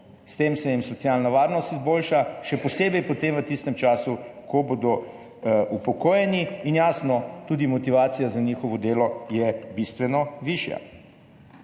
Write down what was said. S tem se jim socialna varnost izboljša, še posebej potem v tistem času, ko bodo upokojeni. In jasno, tudi motivacija za njihovo delo je bistveno višja.